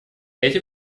эти